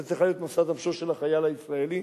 זו צריכה להיות משאת נפשו של החייל הישראלי,